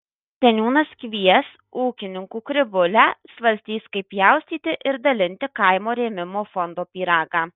seniūnas kvies ūkininkų krivūlę svarstys kaip pjaustyti ir dalinti kaimo rėmimo fondo pyragą